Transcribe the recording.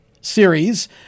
series